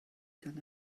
gan